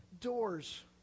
doors